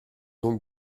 donc